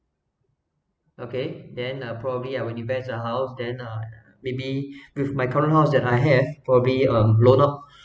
okay then uh probably I would invest a house then uh maybe with my current house that I have probably um loan out